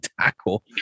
tackle